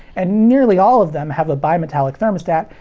and, nearly all of them have a bimetallic thermostat,